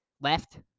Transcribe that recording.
left